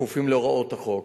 כפופים להוראות החוק,